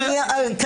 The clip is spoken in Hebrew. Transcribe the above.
(היו"ר ארז מלול, 11:56) מה היית מציעה היום?